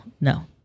no